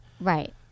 right